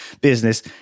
business